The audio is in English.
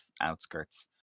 outskirts